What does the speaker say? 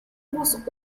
was